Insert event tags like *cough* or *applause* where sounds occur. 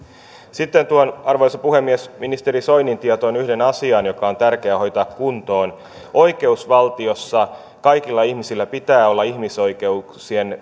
sitten tuon arvoisa puhemies ministeri soinin tietoon yhden asian joka on tärkeää hoitaa kuntoon oikeusvaltiossa kaikilla ihmisillä pitää olla ihmisoikeuksien *unintelligible*